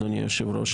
אדוני היושב-ראש.